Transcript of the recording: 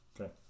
Okay